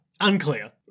Unclear